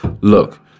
look